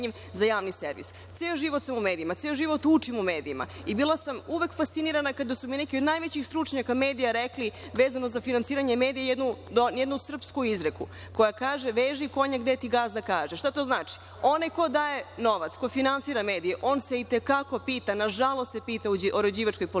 za javni servis. Ceo život sam u medijima. Ceo život učim u medijima i bila sam uvek fascinirana kada su mi neki od najvećih stručnjaka medija rekli, vezano za finansiranje medija, jednu srpsku izreku koja kaže – veži konja gde ti gazda kaže. Šta to znači? Onaj ko daje novac, ko finansira medije, on se i te kako pita, na žalost se pita o uređivačkoj politici,